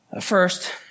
First